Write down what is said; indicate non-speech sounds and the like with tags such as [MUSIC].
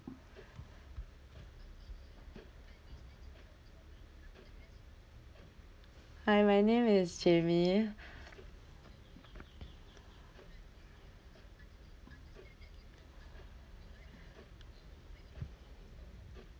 hi my name is jamie [BREATH]